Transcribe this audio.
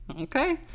Okay